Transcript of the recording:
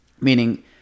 meaning